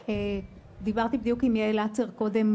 בדיוק דיברתי עם יעל לנצר קודם,